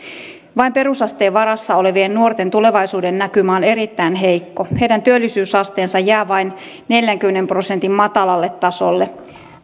vain perusasteen varassa olevien nuorten tulevaisuudennäkymä on erittäin heikko heidän työllisyysasteensa jää vain neljänkymmenen prosentin matalalle tasolle